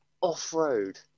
off-road